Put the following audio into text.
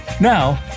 Now